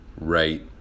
right